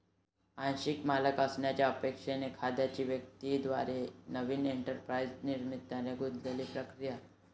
आंशिक मालक असण्याच्या अपेक्षेने एखाद्या व्यक्ती द्वारे नवीन एंटरप्राइझच्या निर्मितीमध्ये गुंतलेली प्रक्रिया